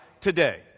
today